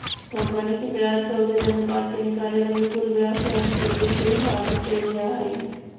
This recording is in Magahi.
कंपनी के ब्याज कवरेज अनुपात के निकाले लगी कुल ब्याज व्यय से ईबिट के विभाजित कईल जा हई